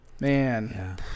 man